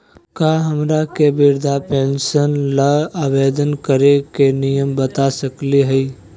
का हमरा के वृद्धा पेंसन ल आवेदन करे के नियम बता सकली हई?